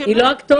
היא לא הכתובת.